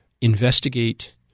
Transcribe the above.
investigate